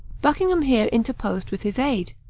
buckingham here interposed with his aid.